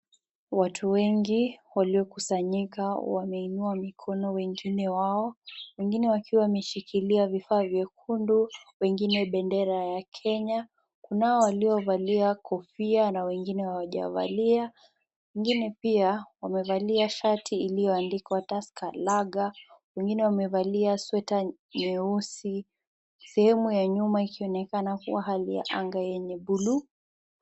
Watu wengi walio kusanyika wameinua mikono wengine wao, wengine wakiwa wameshikilia vifaa vyekundu, wengine bendera ya Kenya, Nao waliovalia kofia na wengine hawajavalia. Wengine pia wamevalia shati iliyo andikwa tusker laga. Wengine wamevalia sweta nyeusi, sehemu ya nyuma yakionekana kuwa hali ya anga enye buluu.